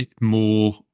more